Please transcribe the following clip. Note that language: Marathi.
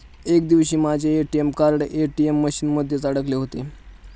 एक दिवशी माझे ए.टी.एम कार्ड ए.टी.एम मशीन मध्येच अडकले होते